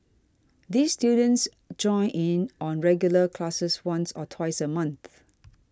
these students join in on regular classes once or twice a month